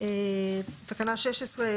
תקנה 16,